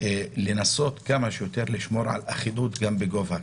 לנסות לשמור כמה שיותר על אחידות גם בגובה הקנס.